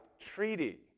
treaty